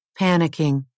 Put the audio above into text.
Panicking